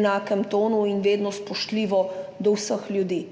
enakem tonu in vedno spoštljivo do vseh ljudi.